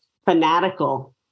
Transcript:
fanatical